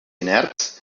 inerts